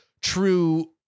true